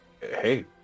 Hey